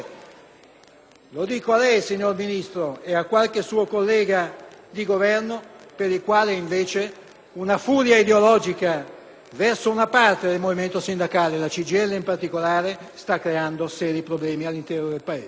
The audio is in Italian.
lo dico a lei, signor Ministro, e a qualche suo collega di Governo che, invece, per una furia ideologica verso una parte del movimento sindacale, la CGIL in particolare, sta creando seri problemi all'interno del Paese.